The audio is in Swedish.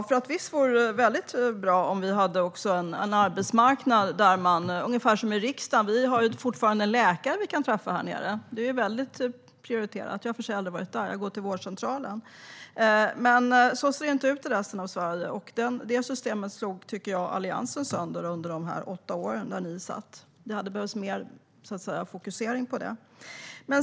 Visst skulle det vara väldigt bra om det fanns en arbetsmarknad där man kunde göra ungefär som vi kan göra i riksdagen. Vi har fortfarande en läkare som vi kan träffa här. Det är väldigt prioriterat. Jag har i och för sig aldrig varit där; jag går till vårdcentralen. Men så ser det inte ut i resten av Sverige. Jag tycker att Alliansen slog sönder det systemet under de åtta år man satt i regering. Det hade behövts mer fokusering på det.